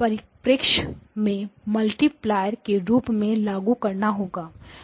परिप्रेक्ष्य से मल्टीप्लायरस के रूप में लागू करना होगा